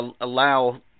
allow